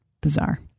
bizarre